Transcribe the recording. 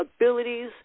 abilities